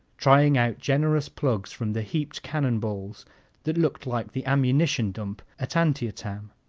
trying out generous plugs from the heaped cannon balls that looked like the ammunition dump at antietam.